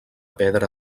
pedra